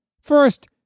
First